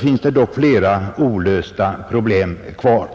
finns det flera olösta problem kvar.